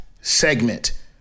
segment